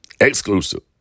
exclusive